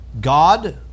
God